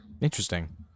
Interesting